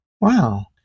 wow